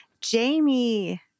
Jamie